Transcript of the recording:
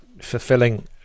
fulfilling